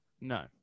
No